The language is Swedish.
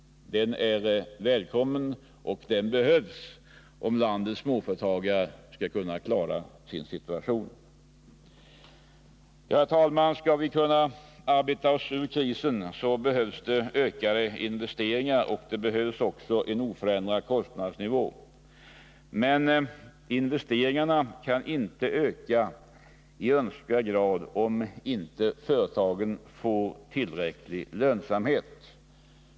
Den är välkommen, och den behövs om landets småföretagare skall kunna klara sin situation. Skall vi kunna arbeta oss ur krisen behövs ökade investeringar och en oförändrad kostnadsnivå. Men investeringarna kan inte öka i önskvärd grad om inte företagen får tillräcklig lönsamhet.